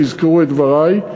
תזכרו את דברי,